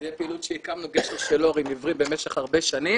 זו פעילות שהקמנו גשר של לא רואים עיוורים במשך הרבה שנים.